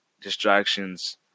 distractions